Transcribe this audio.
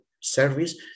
service